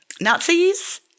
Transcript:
Nazis